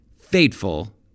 fateful